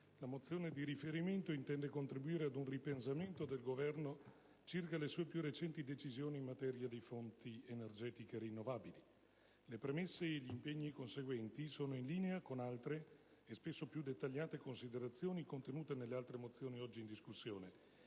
la mozione di riferimento intende contribuire ad un ripensamento del Governo circa le sue più recenti decisioni in materia di fonti energetiche rinnovabili. Le premesse e gli impegni conseguenti sono in linea con altre e spesso più dettagliate considerazioni contenute nelle altre mozioni oggi in discussione